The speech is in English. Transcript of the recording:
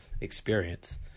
experience